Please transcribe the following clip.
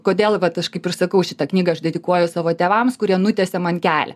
kodėl vat aš kaip ir sakau šitą knygą dedikuoju savo tėvams kurie nutiesė man kelią